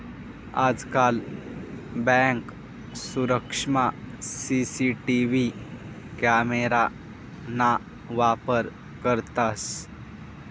आजकाल बँक सुरक्षामा CCTV camera ना वापर करतंस